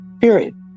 period